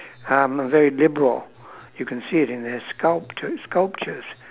um very liberal you can see it in their sculpture~ sculptures